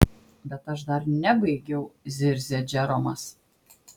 bet aš dar nebaigiau zirzė džeromas